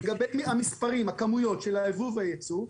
לגבי המספרים והכמויות של הייבוא והייצוא,